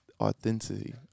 Authenticity